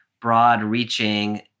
broad-reaching